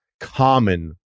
common